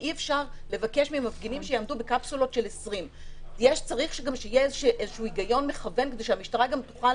שאי אפשר לבקש ממפגינים שיעמדו בקפסולות של 20. צריך שיהיה איזשהו היגיון מכוון כדי שהמשטרה גם תוכל